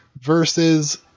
versus